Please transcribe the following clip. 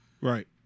Right